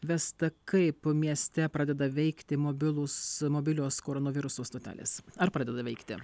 vesta kaip mieste pradeda veikti mobilūs mobilios koronaviruso stotelės ar pradeda veikti